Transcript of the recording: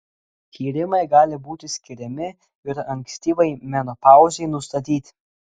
tyrimai gali būti skiriami ir ankstyvai menopauzei nustatyti